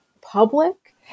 public